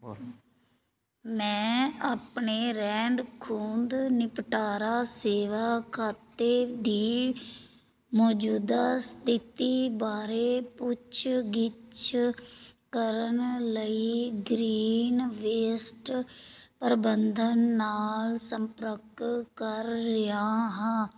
ਮੈਂ ਆਪਣੇ ਰਹਿੰਦ ਖੂੰਹਦ ਨਿਪਟਾਰਾ ਸੇਵਾ ਖਾਤੇ ਦੀ ਮੌਜੂਦਾ ਸਥਿਤੀ ਬਾਰੇ ਪੁੱਛਗਿੱਛ ਕਰਨ ਲਈ ਗ੍ਰੀਨ ਵੇਸਟ ਪ੍ਰਬੰਧਨ ਨਾਲ ਸੰਪਰਕ ਕਰ ਰਿਹਾ ਹਾਂ